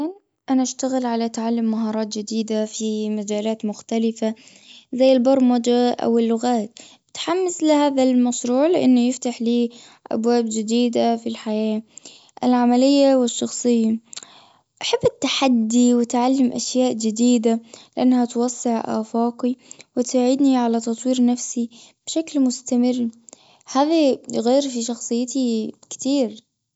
حاليا أنا أشتغل على تعلم مهارات جديدة في مجالات مختلفة زي البرمجة أو اللغات. أتحمس لهذا المشروع لانه يفتح لي ابواب جديدة في الحياة العملية والشخصية. أحب التحدي وتعلم أشياء جديدة لأنها توسع آفاقي وتساعدني على تطوير نفسي بشكل مستمر. هذي يغير في شخصيتي كتير.